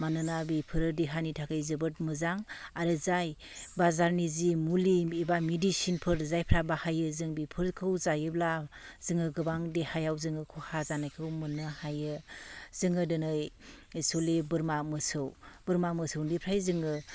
मानोना बेफोरो देहानि थाखै जोबोद मोजां आरो जाय बाजारनि जि मुलि एबा मेडिसिनफोर जायफ्रा बाहायो जों बेफोरखौ जायोब्ला जोङो गोबां देहायाव जोङो खहा जानायखौ मोननो हायो जोङो दिनै एक्टसुलि बोरमा मोसौ बोरमा मोसौनिफ्राय जोङो